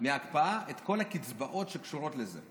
מההקפאה את כל הקצבאות שקשורות לזה: